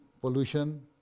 pollution